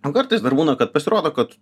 o kartais dar būna kad pasirodo kad